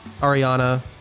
Ariana